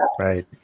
Right